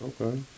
Okay